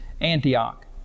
Antioch